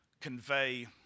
convey